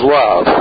love